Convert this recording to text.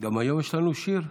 גם היום יש לנו שיר?